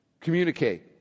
communicate